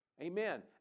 Amen